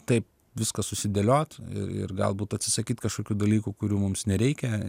taip viskas susidėliot ir galbūt atsisakyt kažkokių dalykų kurių mums nereikia